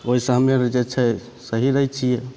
ओइसँ हमे अर जे छै सही रहय छियै